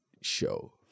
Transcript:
show